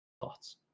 thoughts